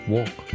Walk